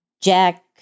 Jack